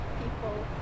people